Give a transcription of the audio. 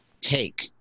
take